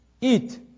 Eat